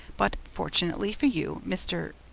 but fortunately for you, mr,